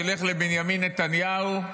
שילך לבנימין נתניהו,